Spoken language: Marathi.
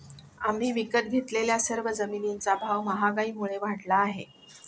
आम्ही विकत घेतलेल्या सर्व जमिनींचा भाव महागाईमुळे वाढला आहे